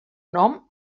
nom